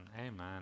amen